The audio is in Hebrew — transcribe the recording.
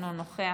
אינו נוכח,